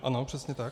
Ano, přesně tak.